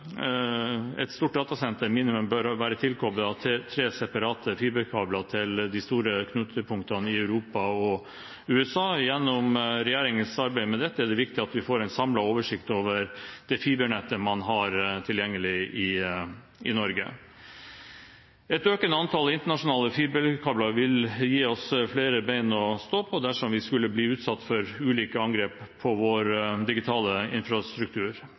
et stort datasenter bør minimum være tilkoblet tre separate fiberkabler til de store knutepunktene i Europa og USA. Gjennom regjeringens arbeid med dette er det viktig at vi får en samlet oversikt over det fibernettet man har tilgjengelig i Norge. Et økende antall internasjonale fiberkabler vil gi oss flere ben å stå på dersom vi skulle bli utsatt for ulike angrep på vår digitale infrastruktur.